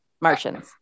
Martians